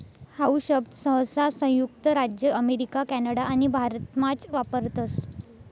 how शब्द सहसा संयुक्त राज्य अमेरिका कॅनडा आणि भारतमाच वापरतस